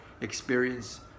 experience